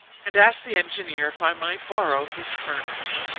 and asked the engineer if i might borrow his furnace.